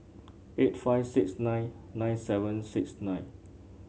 eight five six nine nine seven six nine